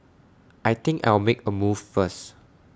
I think I'll make A move first